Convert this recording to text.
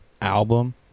album